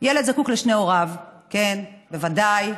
ילד זקוק לשני הוריו, כן, בוודאי.